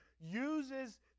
uses